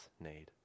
need